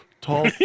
tall